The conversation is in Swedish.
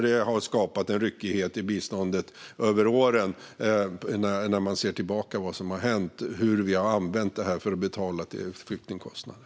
Det har skapat en ryckighet i biståndet över åren, när man ser tillbaka på vad som har hänt och hur vi har använt detta för att betala flyktingkostnader.